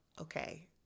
Okay